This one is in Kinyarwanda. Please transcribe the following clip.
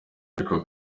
ariko